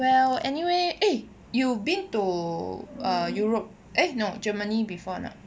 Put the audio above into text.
well anyway eh you been to err europe eh no germany before or not